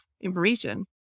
information